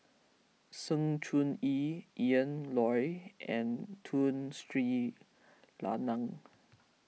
Sng Choon Yee Ian Loy and Tun Sri Lanang